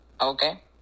Okay